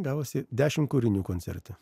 gavosi dešimt kūrinių koncerte